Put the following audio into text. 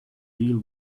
deal